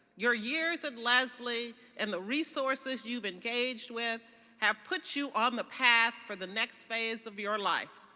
your years and lesley and the resources you've engaged with have put you on the path for the next phase of your life.